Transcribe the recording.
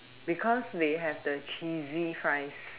because they have the cheesy fries